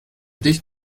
dicht